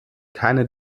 keine